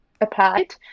applied